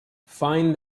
find